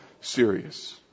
serious